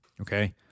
Okay